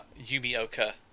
Yumioka